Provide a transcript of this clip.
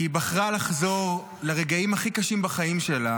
כי היא בחרה לחזור לרגעים הכי קשים בחיים שלה